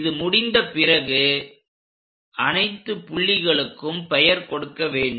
இது முடிந்த பிறகு அனைத்து புள்ளிகளுக்கும் பெயர் கொடுக்க வேண்டும்